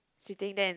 sitting there